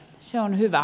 se on hyvä